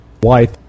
White